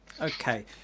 Okay